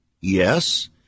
Yes